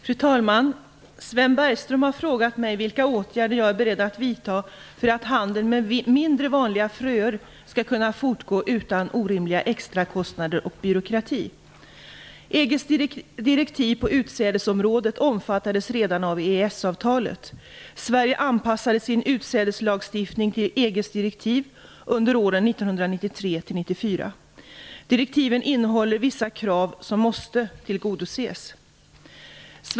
Fru talman! Sven Bergström har frågat mig vilka åtgärder jag är beredd att vidta för att handeln med mindre vanliga fröer skall kunna fortgå utan orimliga extrakostnader och byråkrati. EG:s direktiv på utsädesområdet omfattades redan av EES-avtalet. Sverige anpassade sin utsädeslagstiftning till EG:s direktiv under åren 1993/94. Direktiven innehåller vissa krav som måste tillgodoses.